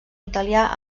italià